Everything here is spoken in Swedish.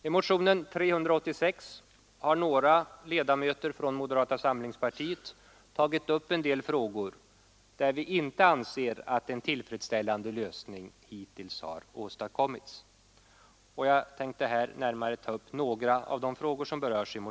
I motionen 386 har några ledamöter från moderata samlingspartiet tagit upp en del frågor, där vi anser att en tillfredsställande lösning hittills inte har åstadkommits. Jag tänker här närmare beröra några av dessa frågor.